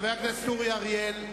חבר הכנסת אורי אריאל.